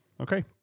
okay